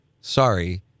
Sorry